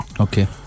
Okay